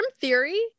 theory